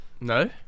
No